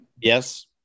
yes